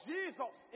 Jesus